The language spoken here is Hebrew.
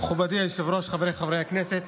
מכובדי היושב-ראש, חבריי חברי הכנסת,